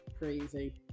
Crazy